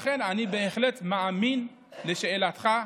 לכן אני בהחלט מאמין, לשאלתך,